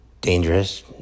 dangerous